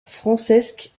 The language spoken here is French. francesc